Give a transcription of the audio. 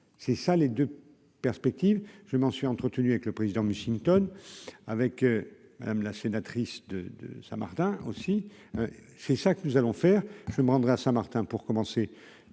c'est ça les 2 perspectives : je m'en suis entretenu avec le président Mussington avec madame la sénatrice de de Saint-Martin Martin aussi, c'est ça que nous allons faire, je me rendrai à Martin pour commencer